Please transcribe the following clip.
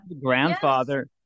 grandfather